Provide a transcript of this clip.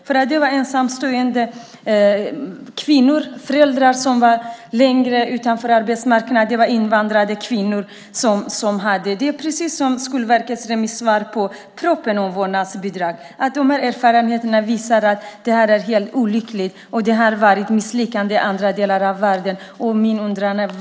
Där gällde det ensamstående kvinnor, föräldrar som stod längre bort från arbetsmarknaden och invandrade kvinnor. Det är precis som i Skolverkets remissvar på propositionen om vårdnadsbidraget, nämligen att erfarenheterna visar att det hela är helt olyckligt och att det här har varit ett misslyckande i andra delar av världen.